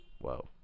Whoa